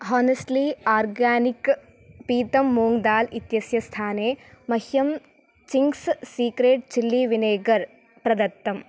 honestly organic पीतं मूङ्ग्दाल् इत्यस्य स्थाने मह्यं चिंग्स् सीक्रेट् चिल्लि विनेगर् प्रदत्तम्